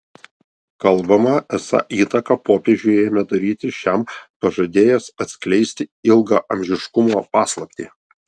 kalbama esą įtaką popiežiui ėmė daryti šiam pažadėjęs atskleisti ilgaamžiškumo paslaptį